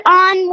on